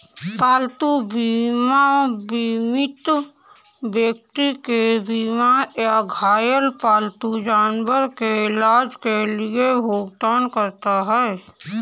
पालतू बीमा बीमित व्यक्ति के बीमार या घायल पालतू जानवर के इलाज के लिए भुगतान करता है